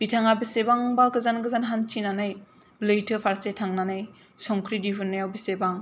बिथाङा बेसेबांबा गोजान गोजान हान्थिनानै लैथोफारसे थांनानै संख्रि दिहुननायाव बेसेबां